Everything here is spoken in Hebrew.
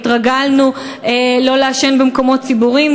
התרגלנו לא לעשן במקומות ציבוריים,